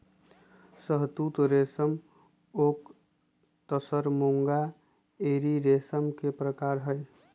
शहतुत रेशम ओक तसर मूंगा एरी रेशम के परकार हई